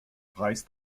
preis